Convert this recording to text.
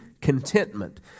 contentment